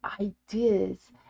ideas